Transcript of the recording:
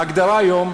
ההגדרה היום,